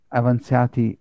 avanzati